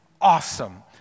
awesome